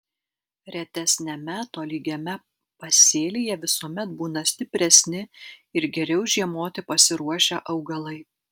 retesniame tolygiame pasėlyje visuomet būna stipresni ir geriau žiemoti pasiruošę augalai